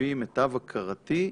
לפי מיטב הכרתי,